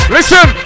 Listen